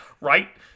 right